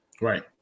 Right